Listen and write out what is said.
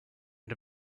and